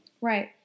Right